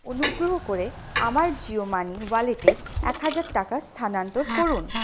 অনুগ্রহ করে আমার জিও মানি ওয়ালেটে এক হাজার টাকা স্থানান্তর করুন